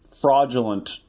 fraudulent